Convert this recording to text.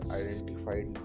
identified